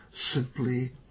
simply